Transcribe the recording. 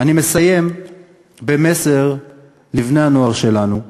אני מסיים במסר לבני-הנוער שלנו,